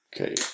Okay